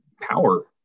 power